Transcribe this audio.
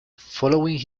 following